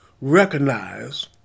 recognize